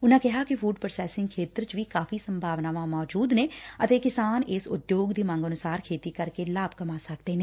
ਉਨਾਂ ਕਿਹਾ ਕਿ ਫੁਡ ਪ੍ਰੋਸੈਸਿੰਗ ਖੇਤਰ ਚ ਵੀ ਕਾਫ਼ੀ ਸੰਭਾਵਨਾਵਾਂ ਸੌਜੁਦ ਨੇ ਅਤੇ ਕਿਸਾਨ ਇਸ ਉਦਯੋਗ ਦੀ ਮੰਗ ਅਨੁਸਾਰ ਖੇਤੀ ਕਰਕੇ ਲਾਭ ਕਮਾ ਸਕਦੇ ਨੇ